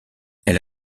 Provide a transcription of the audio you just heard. elle